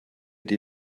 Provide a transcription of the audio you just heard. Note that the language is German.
die